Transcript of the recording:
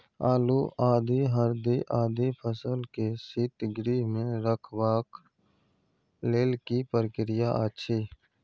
आलू, आदि, हरदी आदि फसल के शीतगृह मे रखबाक लेल की प्रक्रिया अछि?